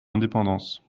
indépendance